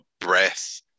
breath